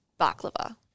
baklava